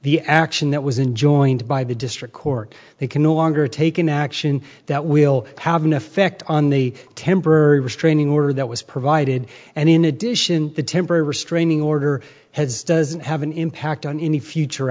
the action that was in joined by the district court they can no longer take an action that will have an effect on the temporary restraining order that was provided and in addition the temporary restraining order has does have an impact on any future